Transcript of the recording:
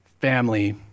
family